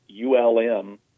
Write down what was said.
ULM